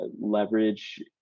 leverage